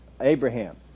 Abraham